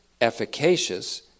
efficacious